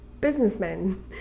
businessmen